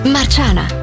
Marciana